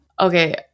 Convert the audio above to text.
Okay